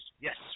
Yes